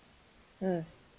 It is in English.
mm